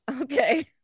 Okay